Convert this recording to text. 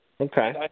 Okay